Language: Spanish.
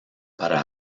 para